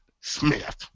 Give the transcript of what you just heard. Smith